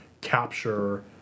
capture